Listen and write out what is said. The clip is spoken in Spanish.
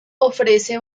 ofrece